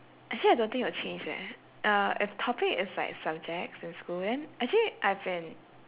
actually I don't think it'll change eh uh if topic is like subjects in school then actually I've been